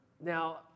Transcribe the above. Now